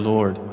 Lord